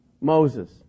Moses